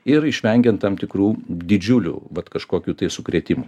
ir išvengiant tam tikrų didžiulių bet kažkokių tai sukrėtimų